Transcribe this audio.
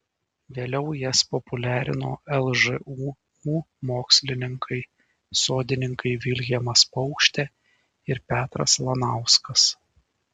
vėliau jas populiarino lžūu mokslininkai sodininkai vilhelmas paukštė ir petras lanauskas